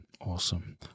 Awesome